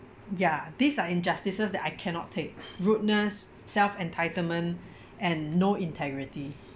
ya these are injustices that I cannot take rudeness self entitlement and no integrity